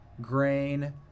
grain